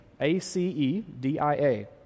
A-C-E-D-I-A